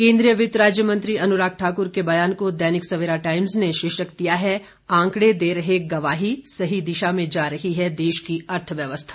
केन्द्रीय वित्त राज्य मंत्री अनुराग ठाक्र के बयान को दैनिक सवेरा टाइम्स ने शीर्षक दिया है आंकड़े दे रहे गवाई सही दिशा में जा रही है देश की अर्थव्यवस्था